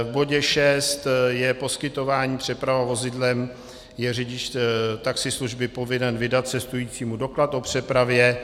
V bodě šest je k poskytování přepravy vozidlem je řidič taxislužby povinen vydat cestujícímu doklad o přepravě.